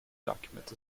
document